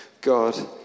God